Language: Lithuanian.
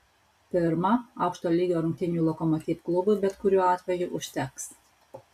pirma aukšto lygio rungtynių lokomotiv klubui bet kuriuo atveju užteks